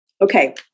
Okay